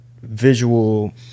visual